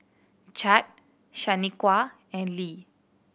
Chadd Shaniqua and Le